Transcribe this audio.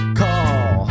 call